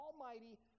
almighty